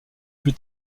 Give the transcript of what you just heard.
plus